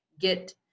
get